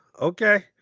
Okay